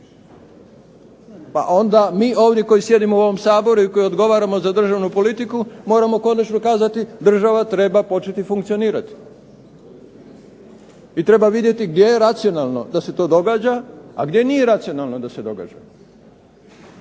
Pa onda mi ovdje koji sjedimo u ovom Saboru i koji odgovaramo za državnu politiku, moramo konačno kazati država treba početi funkcionirati. I treba vidjeti gdje je racionalno da se to događa, a gdje nije racionalno da se to događa.